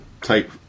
type